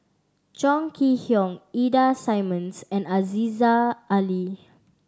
Chong Kee Hiong Ida Simmons and Aziza Ali